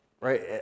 right